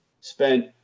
spent